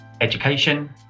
education